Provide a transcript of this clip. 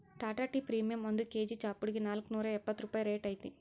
Tata tea premium ಒಂದ್ KG ಚಾಪುಡಿಗೆ ನಾಲ್ಕ್ನೂರಾ ಎಪ್ಪತ್ ರೂಪಾಯಿ ರೈಟ್ ಐತಿ